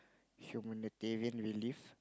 humanitarian relief